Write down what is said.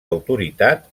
autoritat